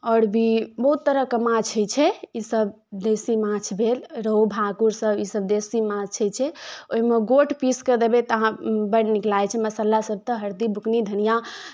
आओर भी बहुत तरहके माछ होइ छै ईसभ देशी माछ भेल रोहु भाकुरसभ ईसभ देशी माछ होइ छै ओहिमे गोट पीसि कऽ देबै तऽ अहाँ बड़ नीक लागै छै मसालासभ तऽ हरदि बुकनी धनिआँ